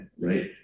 Right